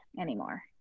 anymore